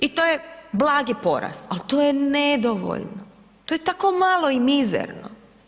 I to je blagi porast, al to je nedovoljno, to je tako malo i mizerno.